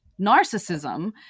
narcissism